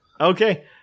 Okay